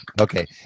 okay